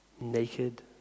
Naked